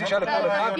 חצי שעה לכל אחד.